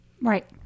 Right